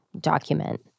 document